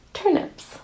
Turnips